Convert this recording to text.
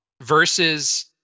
versus